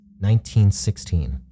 1916